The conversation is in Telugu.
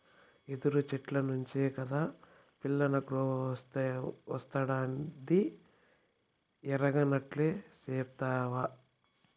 యెదురు చెట్ల నుంచే కాదా పిల్లనగ్రోవస్తాండాది ఎరగనట్లే సెప్తావే